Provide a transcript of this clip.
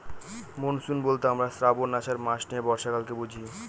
monsoon বলতে আমরা শ্রাবন, আষাঢ় মাস নিয়ে বর্ষাকালকে বুঝি